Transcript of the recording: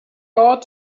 ought